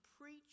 preach